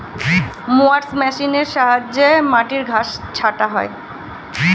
mowers মেশিনের সাহায্যে মাটির ঘাস ছাঁটা হয়